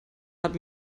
hat